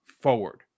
forward